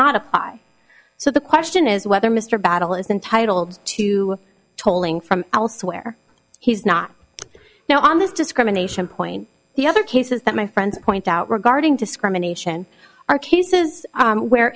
not apply so the question is whether mr battle is entitled to tolling from elsewhere he's not now on this discrimination point the other cases that my friends point out regarding discrimination are cases where